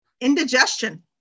indigestion